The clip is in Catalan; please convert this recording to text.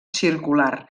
circular